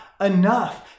enough